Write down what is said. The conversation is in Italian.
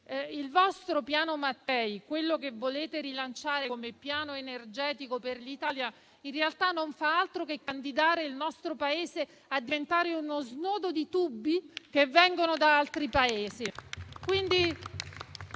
il vostro piano Mattei, quello che volete rilanciare come piano energetico per l'Italia, in realtà non fa altro che candidare il nostro Paese a diventare uno snodo di tubi che vengono da altri Paesi.